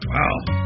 Wow